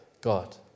God